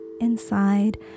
inside